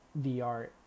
VR